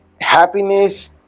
happiness